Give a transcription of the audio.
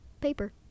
paper